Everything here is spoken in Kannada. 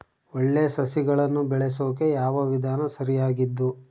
ಒಳ್ಳೆ ಸಸಿಗಳನ್ನು ಬೆಳೆಸೊಕೆ ಯಾವ ವಿಧಾನ ಸರಿಯಾಗಿದ್ದು?